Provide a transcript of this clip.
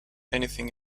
anything